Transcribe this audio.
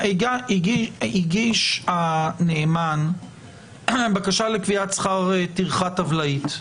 הגיש הנאמן בקשה לקביעת שכר טרחה טבלאית,